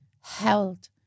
held